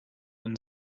and